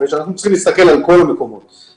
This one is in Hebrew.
אנחנו יודעים שמספר הבדיקות זה השתנה.